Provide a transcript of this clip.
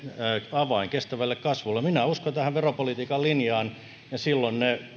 avain kestävälle kasvulle minä uskon tähän veropolitiikan linjaan ja silloin